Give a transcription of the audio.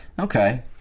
Okay